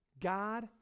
God